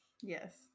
Yes